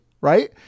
right